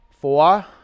Four